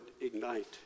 ignite